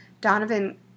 Donovan